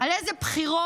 על איזה בחירות